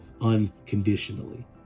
unconditionally